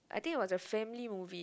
I think was a family movie